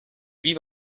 wie